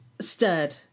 Stirred